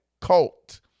cult